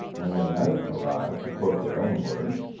when the night arrived, to quote their own words